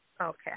Okay